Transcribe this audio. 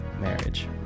marriage